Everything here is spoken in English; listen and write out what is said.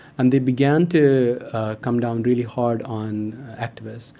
and they began to come down really hard on activists.